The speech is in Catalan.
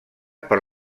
per